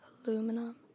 Aluminum